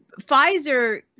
Pfizer